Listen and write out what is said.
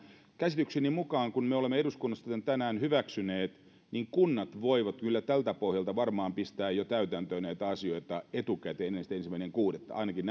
käsitykseni mukaan kun me olemme eduskunnassa tämän tänään hyväksyneet niin kunnat voivat kyllä tältä pohjalta varmaan pistää jo täytäntöön näitä asioita etukäteen ennen sitä ensimmäinen kuudetta ainakin